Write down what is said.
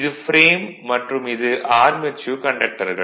இது ஃப்ரேம் மற்றும் இது ஆர்மெச்சூர் கண்டக்டர்கள்